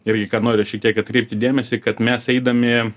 irgi noriu šiek tiek atkreipti dėmesį kad mes eidami